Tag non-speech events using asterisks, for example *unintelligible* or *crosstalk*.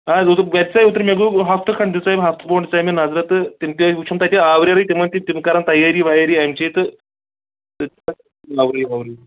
اَہَن حظ اوترٕ گژھِ ژےٚ اوترٕ مےٚ گوٚو ہَفتہٕ کھنٛڈ دِژے یم ہفتہٕ برونٛٹھ دِژے مےٚ نظرا تہٕ تِم تہِ ٲسۍ وٕچھُنہ تَتہِ آوریرٕے تِمن تہِ تِم کَرَان تیٲری ویٲری اَمہِ چی تہٕ *unintelligible*